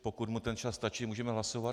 Pokud mu ten čas stačí, můžeme hlasovat.